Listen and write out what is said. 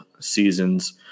Seasons